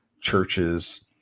churches